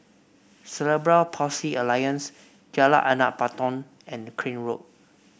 Cerebral Palsy Alliance Jalan Anak Patong and Crane Road